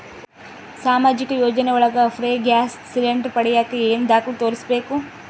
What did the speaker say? ಸಾಮಾಜಿಕ ಯೋಜನೆ ಒಳಗ ಫ್ರೇ ಗ್ಯಾಸ್ ಸಿಲಿಂಡರ್ ಪಡಿಯಾಕ ಏನು ದಾಖಲೆ ತೋರಿಸ್ಬೇಕು?